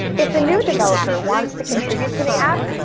if a new developer wants to contribute to the app,